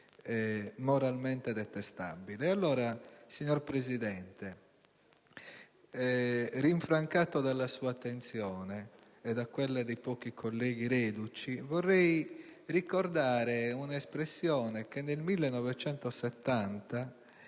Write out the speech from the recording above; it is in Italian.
moralmente detestabile. Allora, signor Presidente, rinfrancato dalla sua attenzione e da quella dei pochi colleghi reduci, vorrei ricordare un'espressione che nel 1970